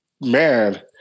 man